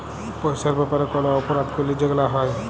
পইসার ব্যাপারে কল অপরাধ ক্যইরলে যেগুলা হ্যয়